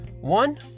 one